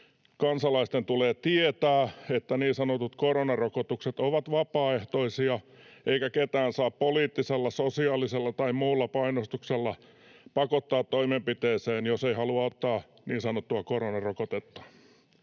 kansalaisten tulee tietää, että niin sanotut koronarokotukset ovat vapaaehtoisia eikä ketään saa poliittisella, sosiaalisella tai muulla painostuksella pakottaa toimenpiteeseen, jos ei halua ottaa niin sanottua korona-rokotetta.